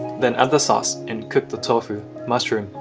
then add the sauce and cook the tofu, mushroom,